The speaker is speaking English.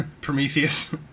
Prometheus